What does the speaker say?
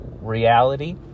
reality